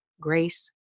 grace